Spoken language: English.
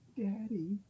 daddy